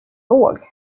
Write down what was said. låg